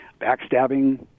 Backstabbing